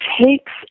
takes